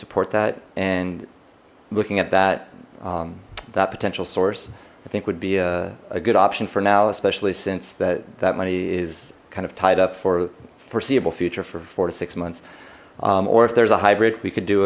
support that and looking at that that potential source i think would be a good option for now especially since that that money is kind of tied up for foreseeable future for four to six months or if there's a hybrid we c